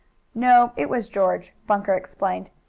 no, it was george, bunker explained.